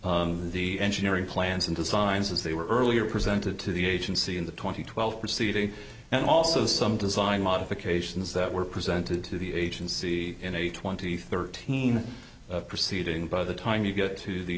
upon the engineering plans and designs as they were earlier presented to the agency in the twenty twelve proceeding and also some design modifications that were presented to the agency in a twenty thirteen proceeding by the time you get to the